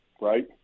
right